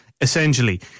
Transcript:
Essentially